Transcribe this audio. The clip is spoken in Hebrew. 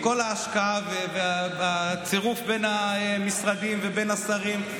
עם כל ההשקעה והצירוף בין המשרדים ובין השרים,